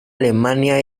alemania